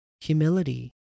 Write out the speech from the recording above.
humility